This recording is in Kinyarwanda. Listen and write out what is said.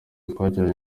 twagiranye